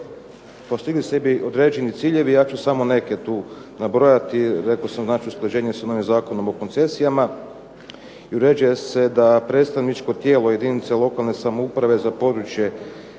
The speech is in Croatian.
postigli se bi određeni ciljevi, ja ću samo neke tu nabrojati. Rekao sam znači usklađenje sa novim Zakonom o koncesijama i uređuje se da predstavničko tijelo jedinica lokalne samouprave za područje